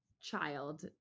child